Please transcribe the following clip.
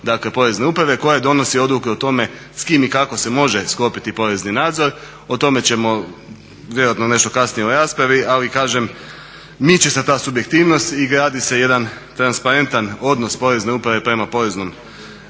dakle porezne uprave koje donosi odluke o tome s kim i kako se može sklopiti porezni nadzor o tome ćemo vjerojatno nešto kasnije u raspravi, ali kažem miče se ta subjektivnost i gradi se jedan transparentan odnos porezne uprave prema poreznom